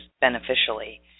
beneficially